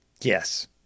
Yes